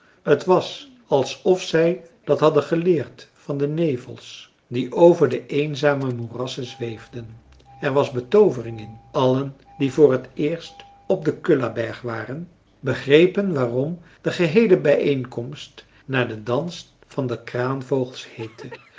het was alsof zij dat hadden geleerd van de nevels die over de eenzame moerassen zweefden er was betoovering in allen die voor t eerst op den kullaberg waren begrepen waarom de geheele bijeenkomst naar den dans van de